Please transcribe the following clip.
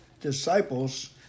disciples